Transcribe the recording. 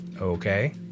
Okay